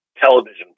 television